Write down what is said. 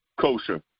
kosher